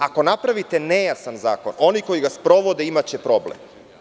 Ako napravite nejasan zakon, oni koji ga sprovode imaće problem.